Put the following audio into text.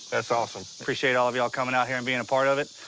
that's awesome. appreciate all of y'all coming out here and being a part of it.